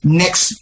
next